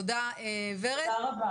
תודה ורד.